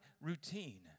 routine